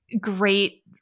great